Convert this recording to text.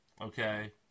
Okay